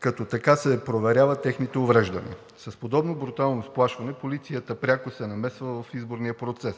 като така се проверяват техните увреждания. С подобно брутално сплашване полицията пряко се намесва в изборния процес